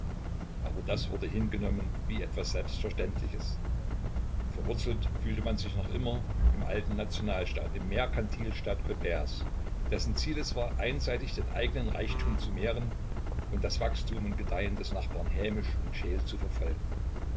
aber das wurde hingenommen wie etwas selbstverständliches verwurzelt fühlte man sich noch immer im alten nationalstaat im merkantilstaate colberts dessen ziel es war einseitig den eigenen reichtum zu mehren und das wachstum und gedeihen des nachbarn hämisch und scheel zu verfolgen